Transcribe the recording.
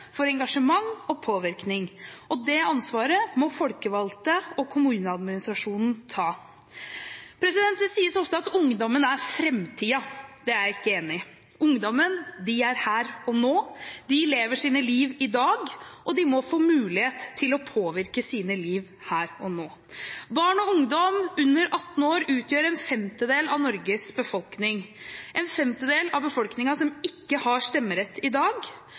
for engasjement og påvirkning. Det ansvaret må folkevalgte og kommuneadministrasjonen ta. Det sies ofte at ungdommen er framtiden. Det er jeg ikke enig i. Ungdommen er her og nå. De lever sine liv i dag, og de må få mulighet til å påvirke sine liv her og nå. Barn og ungdom under 18 år utgjør en femtedel av Norges befolkning, en femtedel av befolkningen som ikke har stemmerett i dag,